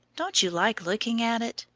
don't you like looking at it?